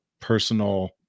personal